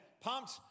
pumped